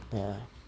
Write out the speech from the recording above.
ya